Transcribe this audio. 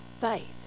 faith